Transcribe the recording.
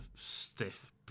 stiff